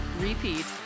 repeat